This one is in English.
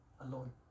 alone